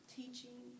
teaching